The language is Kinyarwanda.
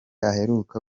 aheruka